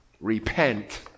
repent